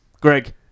Greg